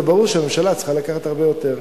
זה ברור שהממשלה צריכה לקחת הרבה יותר.